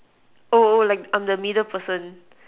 oh oh like I'm the middle person